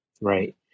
Right